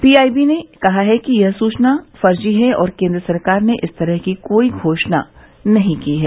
PIB ने कहा है कि यह सूचना फर्जी है और केंद्र सरकार ने इस तरह की कोई घोषणा नहीं की है